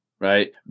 right